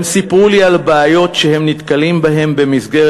הם סיפרו לי על הבעיות שהם נתקלים בהן במסגרת